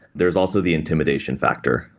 there's also the intimidation factor.